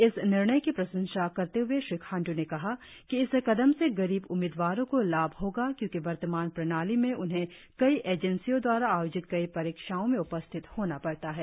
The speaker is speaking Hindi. इस निर्णय की प्रशंसा करते हए श्री खांड्र ने कहा कि इस कदम से गरीब उम्मीदवारों को लाभ होगा क्योंकि वर्तमान प्रणाली में उन्हें कई एजेंसियो दवारा आयोजित कई परीक्षाओं में उपस्थित होना पड़ता है